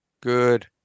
Good